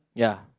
ya